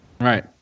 Right